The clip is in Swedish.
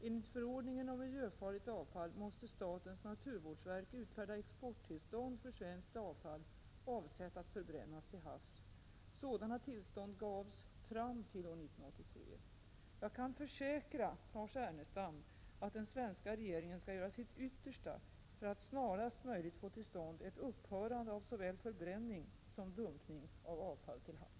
Enligt förordningen om miljöfarligt avfall måste statens naturvårdsverk utfärda exporttillstånd för svenskt avfall avsett att förbrännas till havs. Sådana tillstånd gavs fram till år 1983. Jag kan försäkra Lars Ernestam att den svenska regeringen skall göra sitt yttersta för att snarast möjligt få till stånd ett upphörande av såväl förbränning som dumpning av avfall till havs.